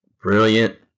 Brilliant